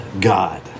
God